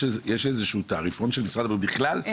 יש תעריפון של משרד הבריאות?